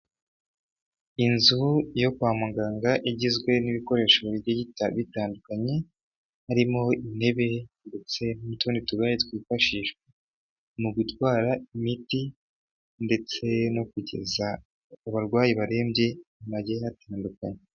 Inzu yo kwa muganga igizweho n'ibikoresho bigiye bitandukanye harimo intebe n'utundi tugari twifashishwa mu gutwara imiti ndetse no kugeza abarwayi barembye bagiye batandukanye.